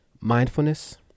Mindfulness